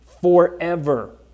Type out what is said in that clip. forever